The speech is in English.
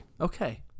Okay